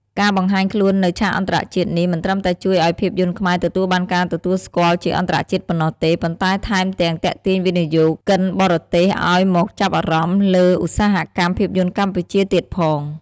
ការបង្ហាញខ្លួននៅឆាកអន្តរជាតិនេះ មិនត្រឹមតែជួយឱ្យភាពយន្តខ្មែរទទួលបានការទទួលស្គាល់ជាអន្តរជាតិប៉ុណ្ណោះទេ ប៉ុន្តែថែមទាំង ទាក់ទាញវិនិយោគិនបរទេសឱ្យមកចាប់អារម្មណ៍លើឧស្សាហកម្មភាពយន្តកម្ពុជា ទៀតផង។